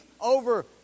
over